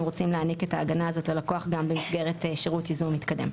רוצים להעניק את ההגנה הזאת ללקוח גם במסגרת שירות יזום מתקדם.